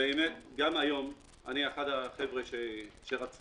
גם היום אני אחד מן החבר'ה שרצים